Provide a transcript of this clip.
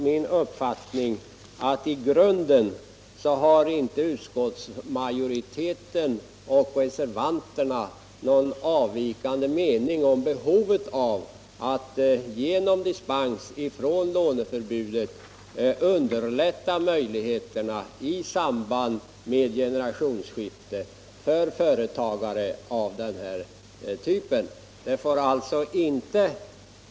Min uppfattning är att utskottsmajoriteten och reservanterna inte har någon i grunden avvikande mening när det gäller behovet av att genom dispens från låneförbudet minska de svårigheter som uppstår för företagare av denna typ vid generationsskifte.